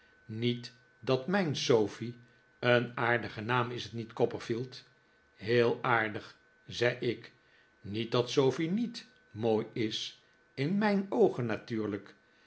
niet dat mijn sofie een aardige naam is t niet copperfield heel aardig zei ik niet dat sofie niet mooi is in mijn oogen natuurlijk